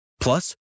Plus